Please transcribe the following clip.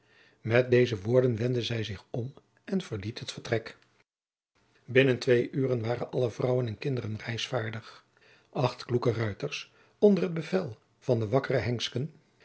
met deze woorden wendde zij zich om en verliet het vertrek binnen twee uren waren alle vrouwen en kinderen reisvaardig acht kloeke ruiters onder het bevel van den wakkeren